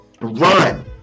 Run